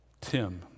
Tim